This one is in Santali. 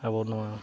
ᱟᱵᱚ ᱱᱚᱣᱟ